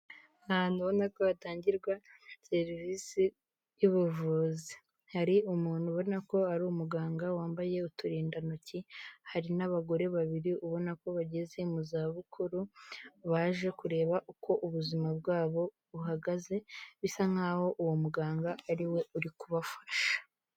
Ahantu ubona ko hatangirwa serivisi y'ubuvuzi hari umuntu ubona ko ari umuganga wambaye uturindantoki, hari n'abagore babiri ubona ko bageze mu za bukuru, baje kureba uko ubuzima bwabo buhagaze bisa nk'aho uwo muganga ariwe uri kubafasha.